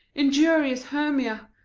injurious hermia!